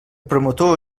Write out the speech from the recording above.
promotor